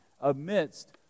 amidst